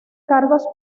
cargos